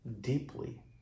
deeply